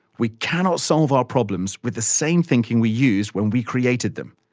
we cannot solve our problems with the same thinking we used when we created them.